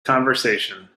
conversion